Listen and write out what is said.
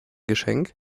geschenk